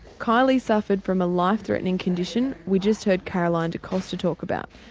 kylie suffered from a life threatening condition we just heard caroline de costa talk about,